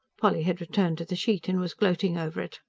polly had returned to the sheet, and was gloating over it.